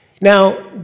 Now